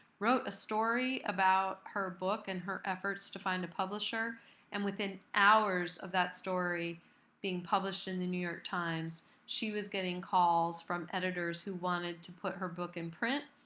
wrote a story about her book and her efforts to find a publisher and within hours of that story being published in the new york times she was getting calls from editors who wanted to put her book in print.